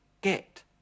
get